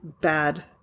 bad